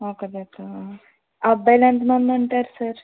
ఒక జత అబ్బాయిలు ఎంత మంది ఉంటారు సర్